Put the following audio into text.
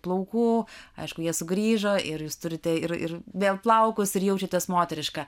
plaukų aišku jie sugrįžo ir jūs turite ir ir vėl plaukus ir jaučiatės moteriška